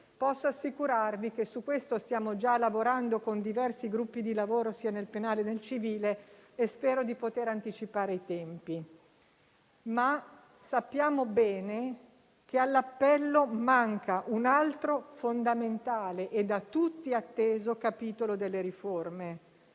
Posso assicurarvi che su questo stiamo già lavorando con diversi gruppi di lavoro sia nel penale che nel civile e spero di poter anticipare i tempi, ma sappiamo bene che all'appello manca un altro fondamentale - e da tutti atteso - capitolo delle riforme,